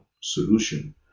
solution